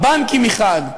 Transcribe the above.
הבנקים מחד,